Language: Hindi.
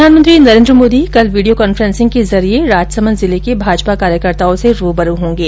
प्रधानमंत्री नरेन्द्र मोदी कल वीडियो कांफ्रेसिंग के जरिए राजसमंद जिले के भाजपा कार्यकर्ताओं से रूबरू होंगे